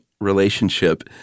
relationship